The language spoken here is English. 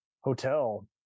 hotel